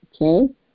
Okay